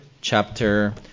chapter